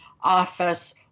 office